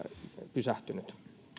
pysähtynyt